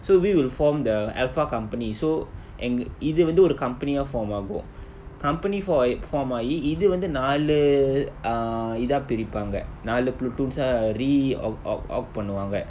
so we will form the alpha company so எங்கு இதுவந்து ஒரு:engu ithuvanthu oru company of for mago company for ex form ah e~ இதுவந்து நாலு:ithuvanthu naalu err இதா பிரிப்பாங்க நாலு:itha piripanga naalu platoons ah re out out out பன்னுவாங்க:pannuvanga